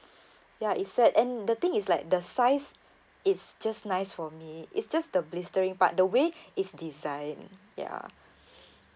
ya it's sad and the thing is like the size it's just nice for me is just the blistering oart the way is design ya